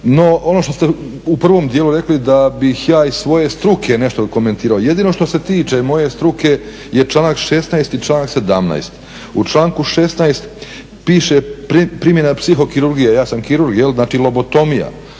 No, ono što ste u provom dijelu rekli da bih ja iz svoje struke nešto komentirao, jedino što se tiče moje struke je članak 16. i članak 17. U članku 16. piše primjena psihokirurgije, a ja sam kirurg, znači lobotomija.